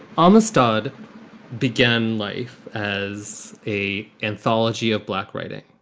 amistad began life as a anthology of black writing.